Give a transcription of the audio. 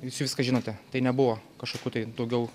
jūs viską žinote tai nebuvo kažkokių tai daugiau